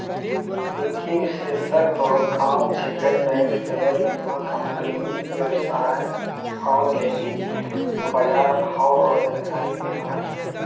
वित्तीय विश्लेषक रो काम छिकै बैंक शेयर बीमाकम्पनी वेवसाय फार्म लेली बजारभाव रो जानकारी देनाय